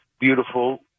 beautiful